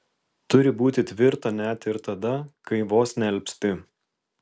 turi būti tvirta net ir tada kai vos nealpsti